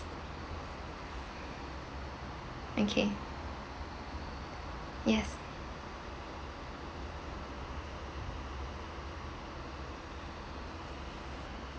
okay yes